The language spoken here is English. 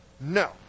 No